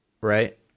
right